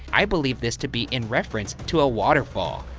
i believe this to be in reference to a waterfall.